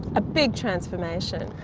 a big transformation.